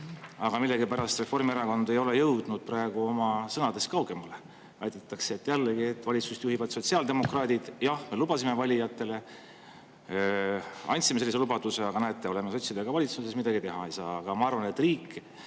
Aga millegipärast Reformierakond ei ole jõudnud praegu oma sõnadest kaugemale. Väidetakse, et, jällegi, et valitsust juhivad sotsiaaldemokraadid: "Jah, me lubasime valijatele, andsime sellise lubaduse, aga näete, oleme sotsidega valitsuses, midagi teha ei saa."Aga ma arvan, et riik